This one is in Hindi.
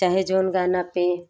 चाहे जोन गाना पर